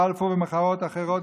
בלפור ומחאות אחרות,